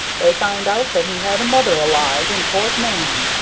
they found out that he had a mother alive in port mahon,